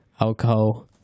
alcohol